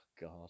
God